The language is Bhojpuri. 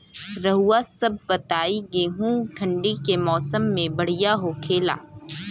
रउआ सभ बताई गेहूँ ठंडी के मौसम में बढ़ियां होखेला?